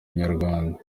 inyarwanda